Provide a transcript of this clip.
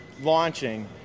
launching